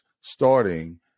starting